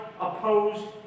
opposed